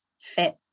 fit